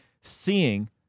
seeing